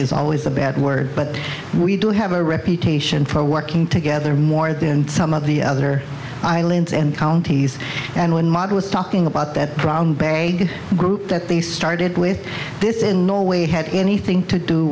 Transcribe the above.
is always a bad word but we do have a reputation for working together more than some of the other islands and counties and one model is talking about that brownback a group that they started with this in no way had anything to do